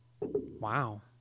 Wow